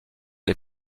les